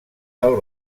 del